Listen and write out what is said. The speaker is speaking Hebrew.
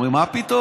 אומרים: מה פתאום?